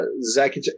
Zach